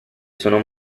sono